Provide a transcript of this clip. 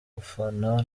ufana